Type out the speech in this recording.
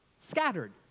scattered